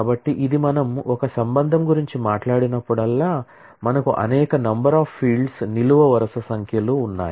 కాబట్టి ఇది మనము ఒక రిలేషన్ గురించి మాట్లాడినప్పుడల్లా మనకు అనేక నెంబర్ అఫ్ ఫీల్డ్స్ నిలువు వరుసల సంఖ్యలు ఉన్నాయి